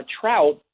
Trout